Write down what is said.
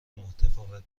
متفاوت